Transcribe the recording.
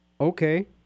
Okay